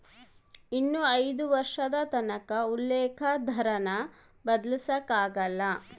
ಇನ್ನ ಐದು ವರ್ಷದತಕನ ಉಲ್ಲೇಕ ದರಾನ ಬದ್ಲಾಯ್ಸಕಲ್ಲ